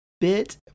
bit